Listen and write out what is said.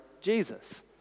Jesus